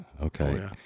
Okay